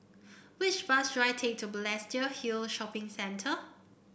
which bus should I take to Balestier Hill Shopping Centre